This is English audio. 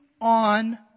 on